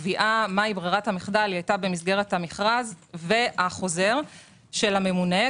הקביעה מה היא ברירת המחדל הייתה במסגרת המכרז והחוזר של הממונה.